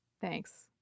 Thanks